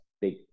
big